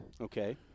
Okay